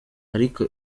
ariko